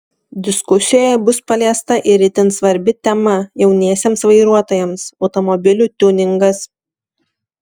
diskusijoje bus paliesta ir itin svarbi tema jauniesiems vairuotojams automobilių tiuningas